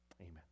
Amen